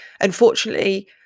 unfortunately